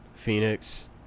Phoenix